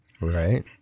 Right